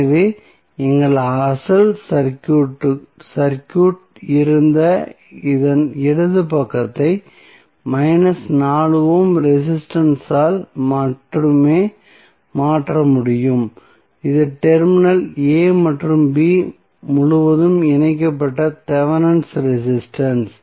எனவே எங்கள் அசல் சர்க்யூட் இருந்த இதன் இடது பக்கத்தை 4 ஓம் ரெசிஸ்டன்ஸ் ஆல் மட்டுமே மாற்ற முடியும் இது டெர்மினல் a மற்றும் b முழுவதும் இணைக்கப்பட்ட தெவெனின் ரெசிஸ்டன்ஸ்